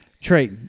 Trey